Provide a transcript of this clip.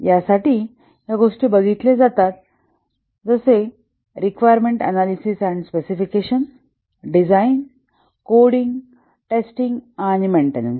या साठी ह्या गोष्टी बघितल्या जातात जसे कि requirement analysis and specification design coding testing आणि मेन्टेनन्स